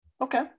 Okay